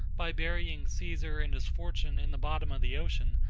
by burying caesar and his fortune in the bottom of the ocean,